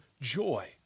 joy